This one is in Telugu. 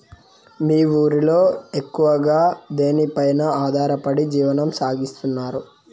మీ ఊరిలో ఎక్కువగా దేనిమీద ఆధారపడి జీవనం సాగిస్తున్నారు?